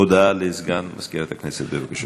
הודעה לסגן מזכירת הכנסת, בבקשה.